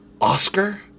Oscar